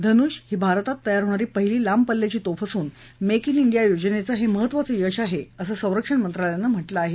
धनुष ही भारतात तयार होणारी पहिली लांब पल्ल्याची तोफ असून मेक िने ांडिया योजनेचं हे महत्त्वाचं यश आहे असं संरक्षण मंत्रालयानं म्हटलं आहे